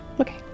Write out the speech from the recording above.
okay